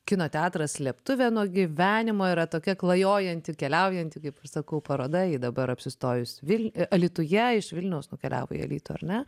kino teatras slėptuvė nuo gyvenimo yra tokia klajojanti keliaujanti kaip aš sakau paroda ji dabar apsistojus vil alytuje iš vilniaus nukeliavo į alytų ar ne